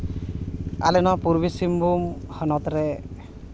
ᱟᱞᱮ ᱱᱚᱣᱟ ᱯᱩᱨᱵᱤ ᱥᱤᱝᱵᱷᱩᱢ ᱦᱚᱱᱚᱛ ᱨᱮ